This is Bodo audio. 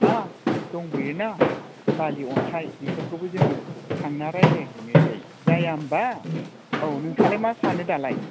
हा दबोयो ना बालि अन्थाइ बेफोरखौबो जोङो थांना रायलायहैनोसै जाया होनबा औ नोंथाङालाय मा सानो दालाय